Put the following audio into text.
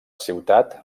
ciutat